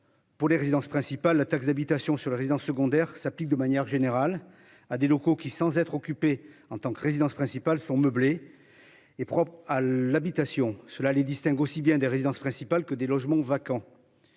Pour les résidences principales. La taxe d'habitation sur les résidences secondaires s'applique de manière générale à des locaux qui, sans être occupé en tant que résidence principale sont meublé. Et propre à l'habitation cela les distingue aussi bien des résidences principales que des logements vacants.